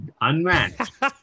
unmatched